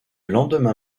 lendemain